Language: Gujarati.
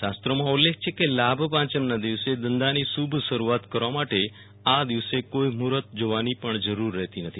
શાસ્ત્રોમાં ઉલ્લેખ છે કે લાભ પંચમના દિવસે ધંધાની શુભ શરૂઆત કરવા માટે આ દિવસે કોઈ મુર્કુત જોવાની પણ જરૂર રહેતી નથી